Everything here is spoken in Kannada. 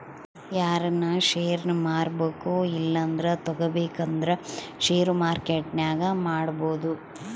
ಯಾರನ ಷೇರ್ನ ಮಾರ್ಬಕು ಇಲ್ಲಂದ್ರ ತಗಬೇಕಂದ್ರ ಷೇರು ಮಾರ್ಕೆಟ್ನಾಗ ಮಾಡ್ಬೋದು